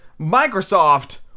Microsoft